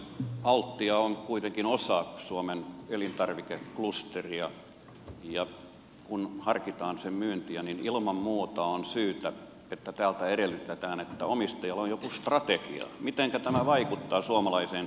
altia on kuitenkin osa suomen elintarvikeklusteria ja kun harkitaan sen myyntiä niin ilman muuta on syytä edellyttää että omistajalla on joku strategia mitenkä tämä vaikuttaa suomalaiseen elintarviketalouteen